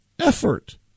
effort